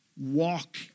walk